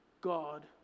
God